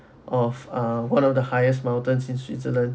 of uh one of the highest mountains in switzerland